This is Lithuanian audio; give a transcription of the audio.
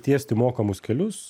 tiesti mokamus kelius